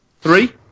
three